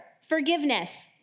forgiveness